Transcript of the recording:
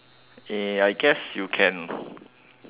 I guess you can